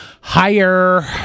Higher